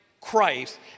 Christ